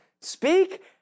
Speak